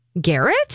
Garrett